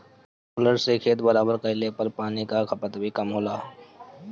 roller से खेत बराबर कइले पर पानी कअ खपत भी कम होला